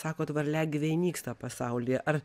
sakot varliagyviai nyksta pasaulyje ar